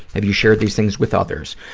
have you shared these things with others?